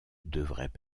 devraient